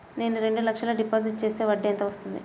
నేను రెండు లక్షల డిపాజిట్ చేస్తే వడ్డీ ఎంత వస్తుంది?